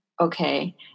Okay